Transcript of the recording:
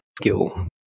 skill